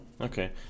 Okay